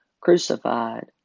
crucified